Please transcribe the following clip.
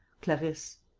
clarisse.